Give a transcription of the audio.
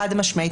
חד משמעית.